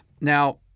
Now